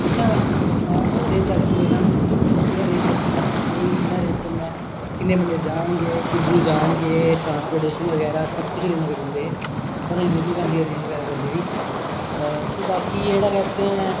हमेशा ओह् आरैंज करदे हे क्योंकि एह् आरैंज करना ऐ इयां आरैंज करना ऐ किन्ने बंदे जान गे किद्धरु जान गे ट्रासपोटेशन बगैरा सब किश आरैंज करी दिंदे है स्हानू जरुरत नेई पैंदी आरैंज बगैरा करने दी सो बाकी जेहड़ा ऐ ते